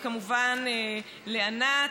וכמובן לענת,